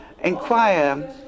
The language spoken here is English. inquire